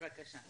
אחת,